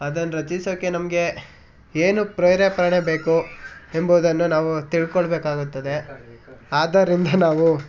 ಅದನ್ನು ರಚಿಸೋಕೆ ನಮಗೆ ಏನು ಪ್ರೇರೇಪಣೆ ಬೇಕು ಎಂಬುದನ್ನು ನಾವು ತಿಳ್ಕೊಳ್ಬೇಕಾಗುತ್ತದೆ ಆದ್ದರಿಂದ ನಾವು